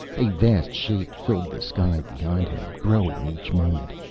a vast shape filled the sky behind him, growing each moment.